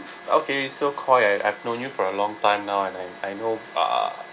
okay so koi I've known you for a long time now and then I know uh